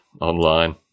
online